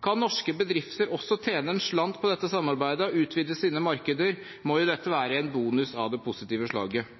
Kan norske bedrifter også tjene en slant på dette samarbeidet og utvide sine markeder, må dette være en bonus av det positive slaget.